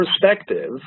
perspective